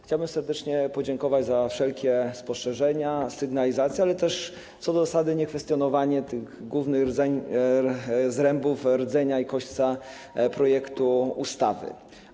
Chciałbym serdecznie podziękować za wszelkie spostrzeżenia, sygnalizacje, ale też co do zasady niekwestionowanie głównych zrębów, rdzenia i kośćca projektu ustawy.